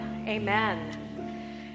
Amen